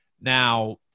Now